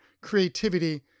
creativity